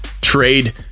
trade